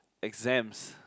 exams